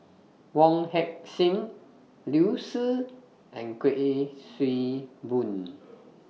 Wong Heck Sing Liu Si and Kuik Swee Boon